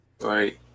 Right